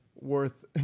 worth